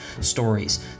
stories